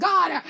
God